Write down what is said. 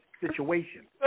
situation